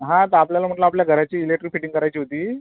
हा तर आपल्याला म्हटलं आपल्या घराची इलेक्ट्रिक फिटिंग करायची होती